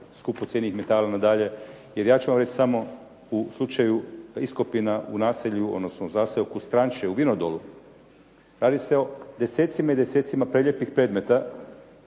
skupocjenih metala nadalje. Jer ja ću vam reći samo u slučaju iskopina u naselju, odnosno u zaseoku Stranče u Vinodolu. Radi se o desecima i desecima prelijepih predmeta,